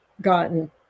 gotten